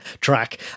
track